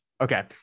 Okay